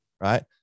right